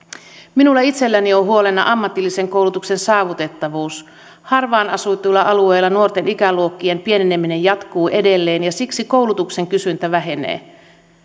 minulla itselläni on huolena ammatillisen koulutuksen saavutettavuus harvaan asutuilla alueilla nuorten ikäluokkien pieneneminen jatkuu edelleen ja siksi koulutuksen kysyntä vähenee